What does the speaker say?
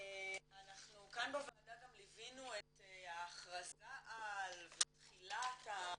אנחנו כאן בוועדה גם ליווינו את ההכרזה על הרפורמה ותחילת הניצנים,